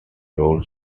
rolls